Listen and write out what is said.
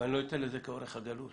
אבל אני לא אתן לזה כאורך הגלות.